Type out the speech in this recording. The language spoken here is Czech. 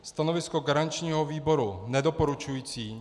Stanovisko garančního výboru nedoporučující.